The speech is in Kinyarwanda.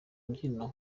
byishimo